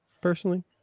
personally